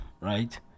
right